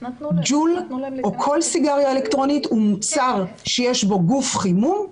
ג'ול או כל סיגריה אלקטרונית הוא מוצר שיש בו גוף חימום,